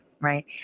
right